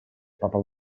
папа